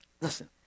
Listen